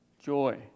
Joy